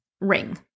ring